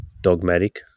dogmatic